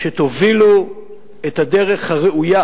שתובילו את הדרך הראויה